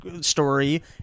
story